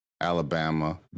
Alabama